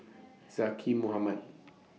Zaqy Mohamad